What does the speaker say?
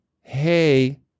hey